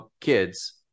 kids